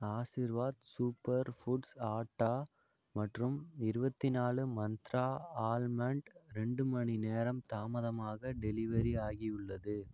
Aashirvaad super foods atta மற்றும் இருபத்தி நாலு மந்த்ரா ஆல்மண்ட் ரெண்டு மணிநேரம் தாமதமாக டெலிவரி ஆகியுள்ளது